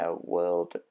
world